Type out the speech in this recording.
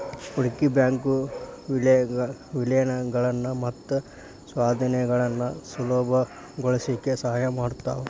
ಹೂಡ್ಕಿ ಬ್ಯಾಂಕು ವಿಲೇನಗಳನ್ನ ಮತ್ತ ಸ್ವಾಧೇನಗಳನ್ನ ಸುಲಭಗೊಳಸ್ಲಿಕ್ಕೆ ಸಹಾಯ ಮಾಡ್ತಾವ